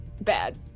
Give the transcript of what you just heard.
bad